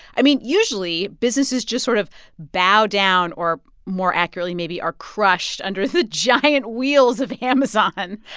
i mean, usually, businesses just sort of bow down or, more accurately, maybe, are crushed under the giant wheels of amazon.